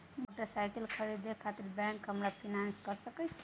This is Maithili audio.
मोटरसाइकिल खरीदे खातिर बैंक हमरा फिनांस कय सके छै?